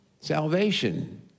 salvation